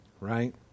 right